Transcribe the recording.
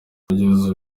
kugeza